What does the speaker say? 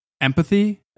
empathy